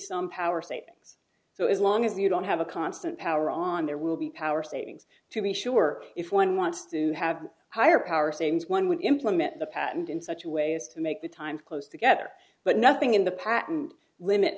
some power savings so as long as you don't have a constant power on there will be power savings to be sure if one wants to have higher power same's one would implement the patent in such a way as to make the time close together but nothing in the patent limit